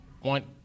want